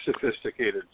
sophisticated